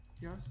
Yes